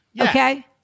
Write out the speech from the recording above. Okay